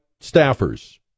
staffers